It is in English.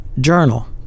journal